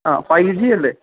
ആ five G അല്ലേ